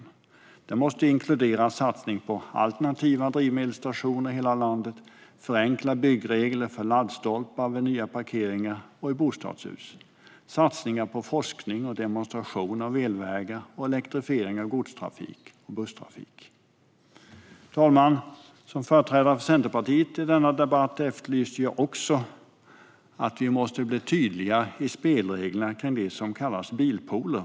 En sådan plan måste inkludera satsningar på alternativa drivmedelsstationer i hela landet, förenklade byggregler för laddstolpar vid nya parkeringar och bostadshus, satsningar på forskning och demonstration av elvägar och elektrifiering av godstrafik och busstrafik. Fru talman! Som företrädare för Centerpartiet i denna debatt efterlyser jag också en tydlighet i spelreglerna kring det som kallas bilpooler.